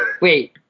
Wait